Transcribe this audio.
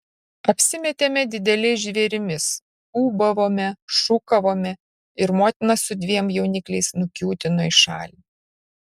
apsimetėme dideliais žvėrimis ūbavome šūkavome ir motina su dviem jaunikliais nukiūtino į šalį